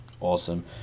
Awesome